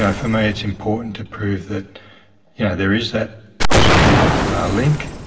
yeah for me it's important to prove that yeah there is that possible link,